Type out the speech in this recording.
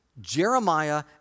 Jeremiah